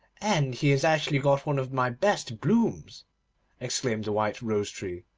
and he has actually got one of my best blooms exclaimed the white rose-tree.